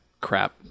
crap